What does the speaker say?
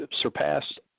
surpassed